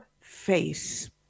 face